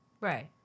Right